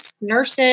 nurses